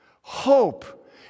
Hope